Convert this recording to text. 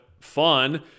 fun